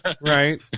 right